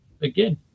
again